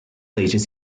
leisure